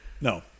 No